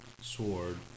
sword